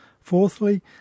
Fourthly